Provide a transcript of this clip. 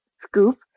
scoop